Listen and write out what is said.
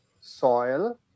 soil